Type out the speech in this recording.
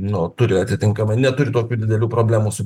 nu turi atitinkamai neturi tokių didelių problemų su